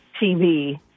TV